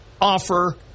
offer